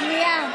שנייה.